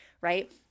right